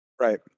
Right